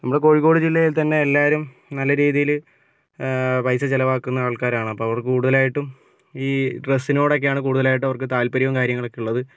നമ്മള് കോഴിക്കോട് ജില്ലയില് തന്നേ എല്ലാവരും നല്ല രീതിയില് പൈസ ചിലവാക്കുന്ന ആൾക്കാരാണ് അപ്പോൾ അവര്ക്ക് കൂടുതലായിട്ടും ഈ ഡ്രസ്സിനോടൊക്കെയാണ് കൂടുതലായിട്ടും അവര്ക്ക് താല്പര്യവും കാര്യങ്ങളൊക്കേ ഉള്ളത്